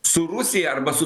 su rusija arba su